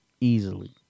Easily